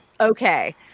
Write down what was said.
Okay